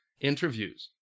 interviews